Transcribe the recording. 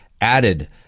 added